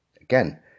Again